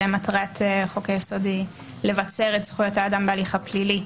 שמטרת חוק-היסוד היא לבצר את זכויות האדם בהליך הפלילי,